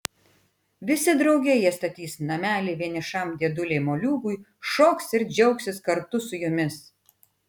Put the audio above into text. visi drauge jie statys namelį vienišam dėdulei moliūgui šoks ir džiaugsis kartu su jumis